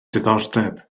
diddordeb